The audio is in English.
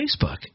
Facebook